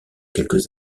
quelques